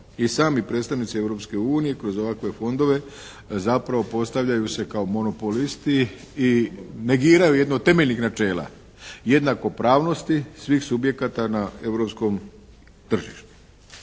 i sami predstavnici Europske unije kroz ovakve fondove zapravo postavljaju se kao monopolisti i negiraju jedno od temeljnih načela, jednakopravnosti svih subjekata na europskom tržištu.